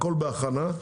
הכול בהכנה.